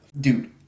Dude